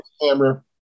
Camera